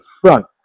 front